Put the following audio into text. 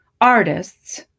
Artists